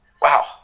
wow